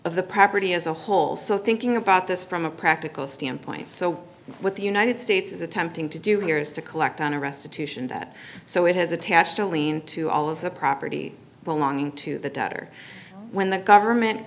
of the property as a whole so thinking about this from a practical standpoint so what the united states is attempting to do here is to collect on a restitution that so it has attached a lien to all of the property belonging to the debtor when the government